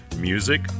music